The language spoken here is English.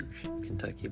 Kentucky